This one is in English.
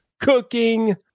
cooking